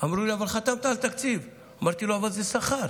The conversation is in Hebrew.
ואמרו לי: אבל חתמת על תקציב, אמרתי: אבל זה שכר.